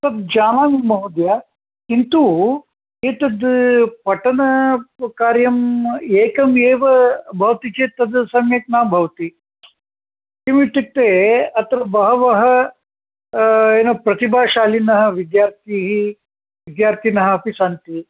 सब् जानामि महोदय किन्तु एतद् पठनकार्यम् एकम् एव भवति चेद् तद् सम्यक् न भवति किम् इत्युक्ते अत्र बहवः प्रतिभाशालिनः विद्यार्थि विद्यार्थिनः अपि सन्ति